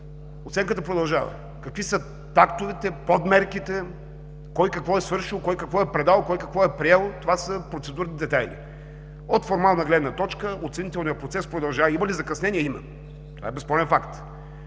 Оценката продължава. Какви са актовете, подмерките, кой какво е свършил, кой какво е предал, кой какво е приел, това са процедурни детайли. От формална гледна точка оценителният процес продължава. Има ли закъснение – има?! Това е безспорен факт!